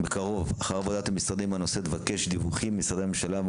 בקרוב אחר עבודת המשרדים בנושא ותבקש דיווחים ממשרדי הממשלה,